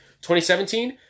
2017